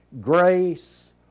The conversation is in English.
Grace